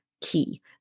key